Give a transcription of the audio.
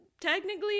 technically